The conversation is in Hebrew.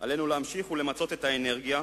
עלינו להמשיך ולמצות את האנרגיה,